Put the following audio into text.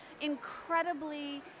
incredibly